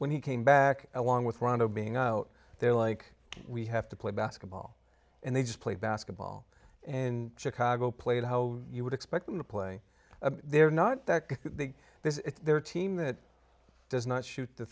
when he came back along with rondo being out there like we have to play basketball and they just played basketball and chicago played how you would expect them to play there not that they this is their team that does not shoot the